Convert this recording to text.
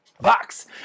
box